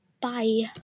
Bye